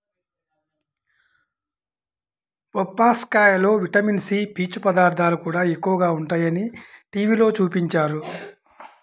బొప్పాస్కాయలో vitamin C, పీచు పదార్థాలు కూడా ఎక్కువగా ఉంటయ్యని టీవీలో చూపించారు